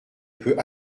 peut